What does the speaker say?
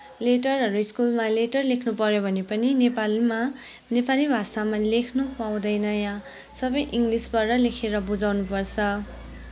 लेटरहरू स्कुलमा लेटर लेख्नु पर्यो भने पनि नेपालीमा नेपाली भाषामा लेख्नु पाउँदैन यहाँ सबै इङ्लिस्बाट लेखेर बुझाउनु पर्छ